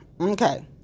Okay